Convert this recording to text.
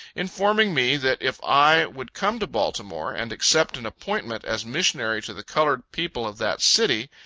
informing me that if i would come to baltimore, and accept an appointment as missionary to the colored people of that city,